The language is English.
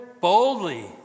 boldly